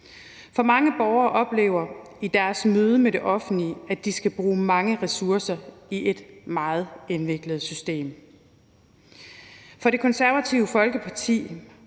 For mange borgere oplever i deres møde med det offentlige, at de skal bruge mange ressourcer i et meget indviklet system. For Det Konservative Folkeparti